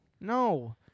no